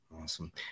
Awesome